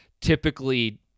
typically